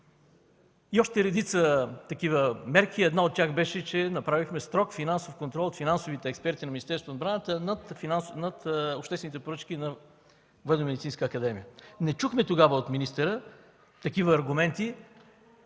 още редица такива мерки. Една от тях беше, че направихме строг финансов контрол от финансовите експерти на Министерството на отбраната над обществените поръчки на Военномедицинска академия. Тогава не чухме от министъра такива аргументи.